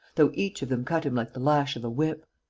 though each of them cut him like the lash of a whip.